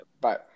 Bye